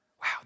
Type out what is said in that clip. Wow